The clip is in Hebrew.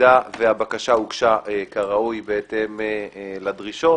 במידה והבקשה אושרה כראוי בהתאם לדרישות.